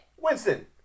Winston